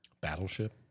Battleship